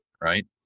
Right